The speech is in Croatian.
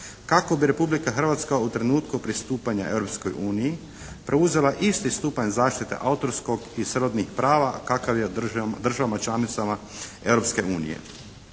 kako bi Republika Hrvatska u trenutku pristupanja Europskoj uniji preuzela isti stupanj zaštite autorskog i srodnih prava kakav je u državama članicama